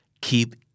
keep